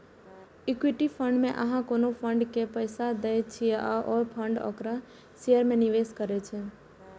equity fund मे अहां कोनो फंड के पैसा दै छियै आ ओ फंड ओकरा शेयर मे निवेश करै छै